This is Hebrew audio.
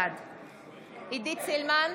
בעד עידית סילמן,